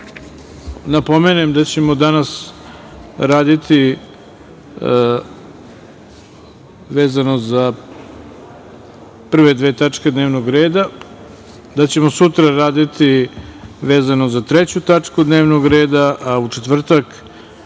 napomenem da ćemo danas raditi vezano za prve dve tačke dnevnog reda, da ćemo sutra raditi vezano za 3. tačku dnevnog reda, a u četvrtak